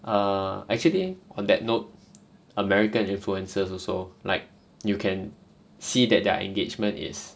err actually on that note american influencers also like you can see that their engagement is